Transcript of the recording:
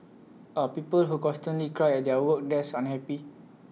are people who constantly cry at their work desk unhappy